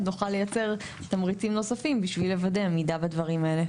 נוכל לייצר תמריצים נוספים בשביל עמידה בדברים האלה.